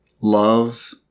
Love